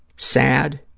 sad,